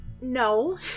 No